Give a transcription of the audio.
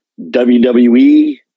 WWE